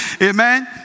Amen